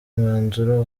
mwanzuro